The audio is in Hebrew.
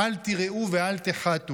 "אל תיראו ואל תחתו",